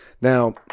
Now